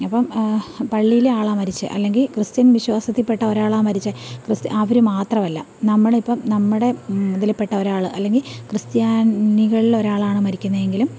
അപ്പം പള്ളീലെ ആളാണ് മരിച്ചത് അല്ലെങ്കിൽ ക്രിസ്ത്യൻ വിശ്വാസത്തിൽപ്പെട്ട ഒരാളാണ് മരിച്ചത് അവര് മാത്രവല്ല നമ്മളിപ്പം നമ്മുടെ ഇതില് പെട്ട ഒരാള് അല്ലെങ്കിൽ ക്രിസ്ത്യാനികളിലൊരാളാണ് മരിക്കുന്നതെങ്കിലും